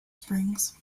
springs